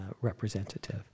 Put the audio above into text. representative